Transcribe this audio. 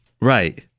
Right